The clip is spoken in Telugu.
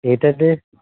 ఏంటండి